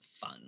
fun